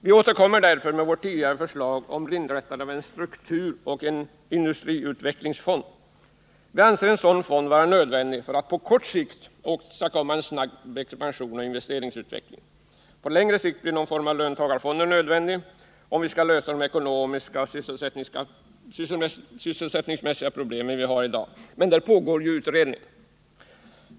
Vi återkommer därför med vårt tidigare förslag om inrättande av en strukturoch industriutvecklingsfond. Vi anser en sådan fond vara nödvändig för att det på kort sikt skall kunna åstadkommas snabb expansion och investeringsutveckling. På längre sikt blir någon form av löntagarfonder nödvändigt för att vi skall kunna lösa de ekonomiska och sysselsättnings mässiga problem som vi i dag har, men i det avseendet pågår ju utredning.